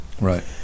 right